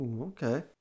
okay